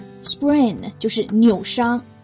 sprain就是扭伤。